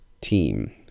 team